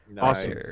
Awesome